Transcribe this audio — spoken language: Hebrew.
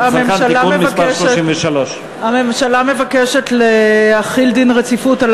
הצרכן (תיקון מס' 33). הממשלה מבקשת להחיל דין רציפות על